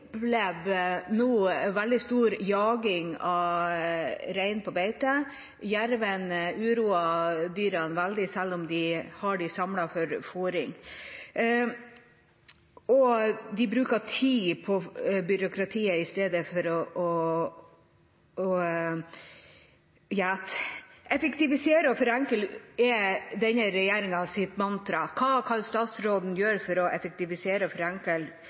nå en veldig stor jaging av rein på beite. Jerven uroer dyrene veldig, selv om de har dem samlet til fôring, og de bruker tid på byråkrati i stedet for på gjeting. Effektivisering og forenkling er denne regjeringens mantra. Hva kan statsråden gjøre for å effektivisere og forenkle